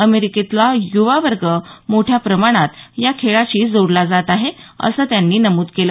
अमेरिकेतले युवा वर्ग मोठ्या प्रमाणात या खेळाशी जोडला जात आहेत असं त्यांनी नमुद केलं